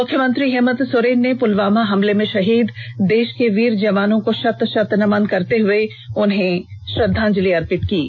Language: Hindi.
मुख्यमंत्री हेमंत सोरेन ने पुलवामा हमले में शहीद हुए देष के वीर जवानों को शत शत नमन करते हुए उन्हें श्रद्धांजलि अर्पित की है